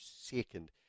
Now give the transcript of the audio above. second